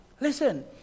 Listen